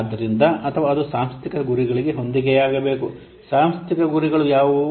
ಆದ್ದರಿಂದ ಅಥವಾ ಅದು ಸಾಂಸ್ಥಿಕ ಗುರಿಗಳಿಗೆ ಹೊಂದಿಕೆಯಾಗಬೇಕು ಸಾಂಸ್ಥಿಕ ಗುರಿಗಳು ಯಾವುವು